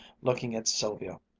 looking at sylvia.